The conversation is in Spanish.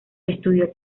estudió